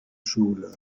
schule